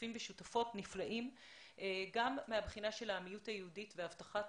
שותפים ושותפות נפלאים גם מהבחינה של העמיות היהודית והבטחת